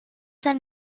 san